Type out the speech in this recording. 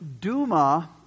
Duma